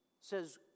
says